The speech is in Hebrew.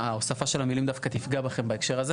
ההוספה של המילים דווקא תפגע בכם בהקשר הזה.